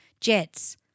jets